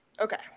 Okay